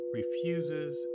refuses